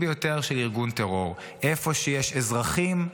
ביותר של ארגון טרור: איפה שיש אזרחים,